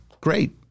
great